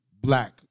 black